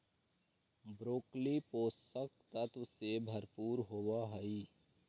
broccoli पोषक तत्व से भरपूर होवऽ हइ